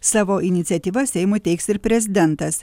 savo iniciatyva seimui teiks ir prezidentas